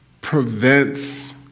prevents